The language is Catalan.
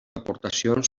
aportacions